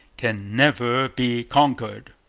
can never be conquered